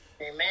amen